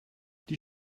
die